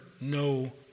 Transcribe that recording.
no